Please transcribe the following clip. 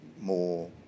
more